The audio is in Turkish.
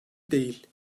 değil